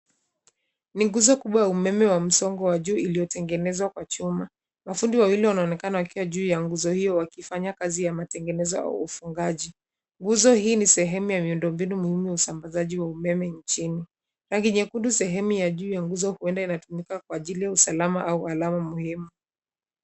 Ni nguzo kubwa ya umeme wa msongo wa juu inayotengenwza kqa chuma. Mafundi wawili wanaonekana juu ya nguzo hiyo wakifanya ya matengenezo au ufungaji .Nguzo hii ni sehemu ya miundo mbinu muhimu ya usambazaji ya umeme nchini. Rangi nyekundu sehemu ya juu ya nguzo huenda inatumika kwa ajili ya usalama au alama muhimu.